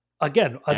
Again